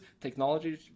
technology